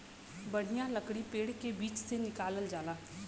बढ़िया लकड़ी पेड़ के बीच से निकालल जाला